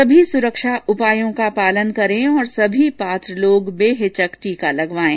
सभी सुरक्षा उपायों का पालन करें और सभी पात्र लोग बेहिचक टीका लगवाएं